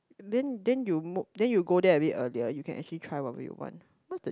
then then you then you go there a bit earlier then you can actually try what we want what's the